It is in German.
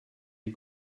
die